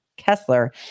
Kessler